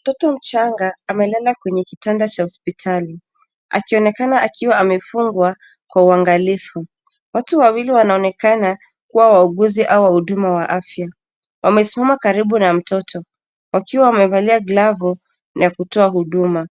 Mtoto mchanga amelala kwenye kitanda cha hospitali, akionekana akiwa amefungwa kwa uangalifu. Watu wawili wanaonekana kuwa wauguzi au wahudumu wa afya. Wamesimama karibu na mtoto wakiwa wamevalia glavu ya kutoa huduma.